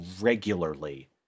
regularly